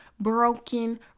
broken